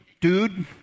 dude